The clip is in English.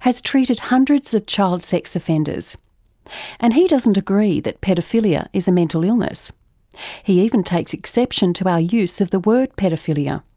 has treated hundreds of child sex offenders and he doesn't agree that paedophilia is a mental illness he even takes exception to our use of the word paedophilia.